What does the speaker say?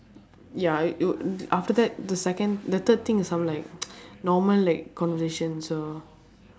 ya you you after that the second the third thing is some like normal like conversation so